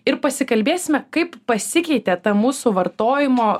ir pasikalbėsime kaip pasikeitė ta mūsų vartojimo